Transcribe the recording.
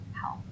help